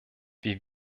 wir